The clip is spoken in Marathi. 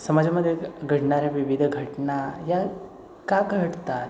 समाजामध्ये घडणाऱ्या विविध घटना या का घडतात